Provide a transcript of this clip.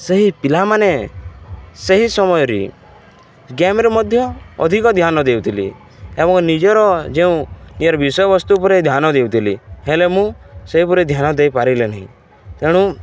ସେହି ପିଲାମାନେ ସେହି ସମୟରେ ଗେମ୍ରେ ମଧ୍ୟ ଅଧିକ ଧ୍ୟାନ ଦେଉଥିଲେ ଏବଂ ନିଜର ଯେଉଁ ନିଜର ବିଷୟବସ୍ତୁ ଉପରେ ଧ୍ୟାନ ଦେଉଥିଲି ହେଲେ ମୁଁ ସେହି ଉପରେ ଧ୍ୟାନ ଦେଇପାରିଲିନି ତେଣୁ